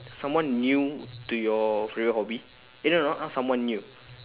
someone new to your favorite hobby eh no no not someone new